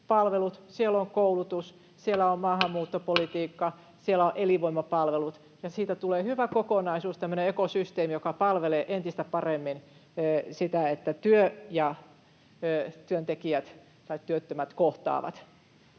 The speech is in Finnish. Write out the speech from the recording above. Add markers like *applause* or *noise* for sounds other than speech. *noise* siellä on elinvoimapalvelut, ja siitä tulee hyvä kokonaisuus, tämmöinen ekosysteemi, joka palvelee entistä paremmin sitä, että työ ja työntekijät — tai työttömät — kohtaavat.